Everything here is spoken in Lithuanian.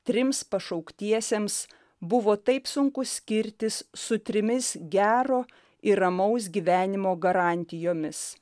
trims pašauktiesiems buvo taip sunku skirtis su trimis gero ir ramaus gyvenimo garantijomis